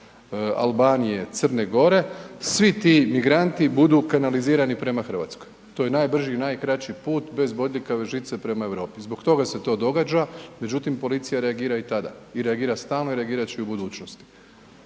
Albanije, Crne Gore svi ti migranti budu kanalizirani prema Hrvatskoj. To je najbrži i najkraći put bez bodljikave žice prema Europi. Zbog toga se to događa, međutim policija reagira i tada i reagira stalno i reagirat će i u budućnosti.